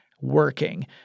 working